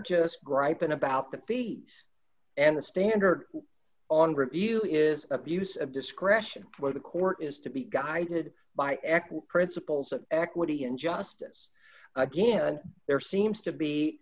just griping about the fee and the standard on d review is abuse of discretion where the court is to be guided by x principles of equity and justice again there seems to be